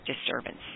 disturbance